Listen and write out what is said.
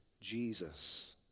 Jesus